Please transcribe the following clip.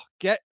get